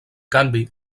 canvi